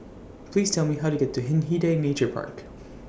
Please Tell Me How to get to Hindhede Nature Park